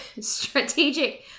strategic